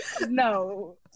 No